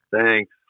Thanks